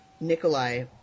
Nikolai